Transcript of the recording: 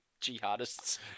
jihadists